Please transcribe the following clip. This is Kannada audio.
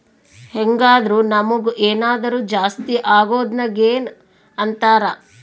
ಹೆಂಗಾದ್ರು ನಮುಗ್ ಏನಾದರು ಜಾಸ್ತಿ ಅಗೊದ್ನ ಗೇನ್ ಅಂತಾರ